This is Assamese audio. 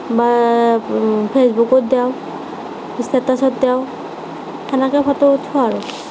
বা ফেচবুকত দিওঁ ষ্টেটাচত দিওঁ সেনেকৈ ফটো উঠোঁ আৰু